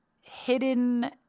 hidden